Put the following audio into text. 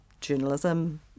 journalism